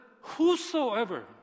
whosoever